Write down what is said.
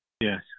Yes